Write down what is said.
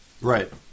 Right